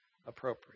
appropriate